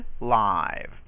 live